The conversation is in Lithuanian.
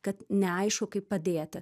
kad neaišku kaip padėti